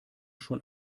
schon